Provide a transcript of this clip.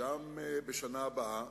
גם בשנה הבאה